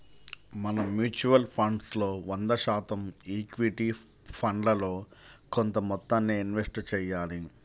మనం mutual funds లో వంద శాతం ఈక్విటీ ఫండ్లలో కొంత మొత్తాన్నే ఇన్వెస్ట్ చెయ్యాలి